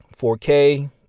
4k